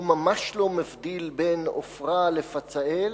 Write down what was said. הוא ממש לא מבדיל בין עופרה לפצאל.